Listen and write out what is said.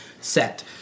set